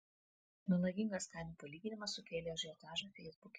melagingas kainų palyginimas sukėlė ažiotažą feisbuke